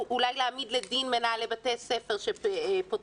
אולי להעמיד לדין מנהלי בתי ספר שפותחים,